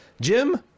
jim